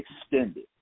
extended